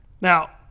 now